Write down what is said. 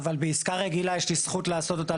אבל בעסקה רגילה יש לי זכות לעשות אותה